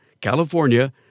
California